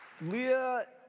Leah